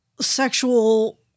sexual